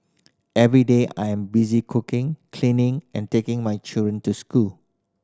every day I am busy cooking cleaning and taking my children to school